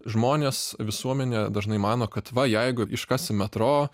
žmonės visuomenė dažnai mano kad va jeigu iškasim metro